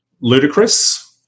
ludicrous